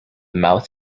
mouth